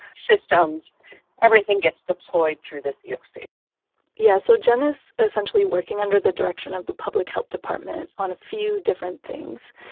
systems everything gets deployed through this eoc. yeah so jen is essentially working under the direction of the public health department on a few different things.